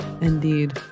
Indeed